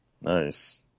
nice